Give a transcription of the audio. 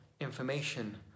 information